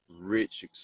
rich